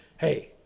Hey